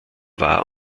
war